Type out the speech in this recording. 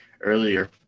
earlier